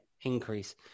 increase